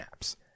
apps